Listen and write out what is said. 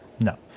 no